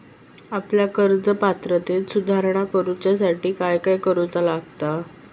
आपल्या कर्ज पात्रतेत सुधारणा करुच्यासाठी काय काय करूचा लागता?